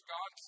God